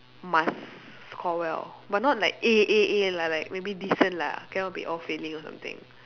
must score well but not like A A A like like maybe decent lah cannot be all failing or something